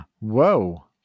whoa